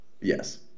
Yes